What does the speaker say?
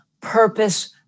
purpose